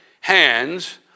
hands